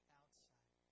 outside